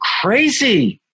crazy